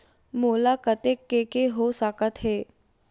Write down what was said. मोला कतेक के के हो सकत हे?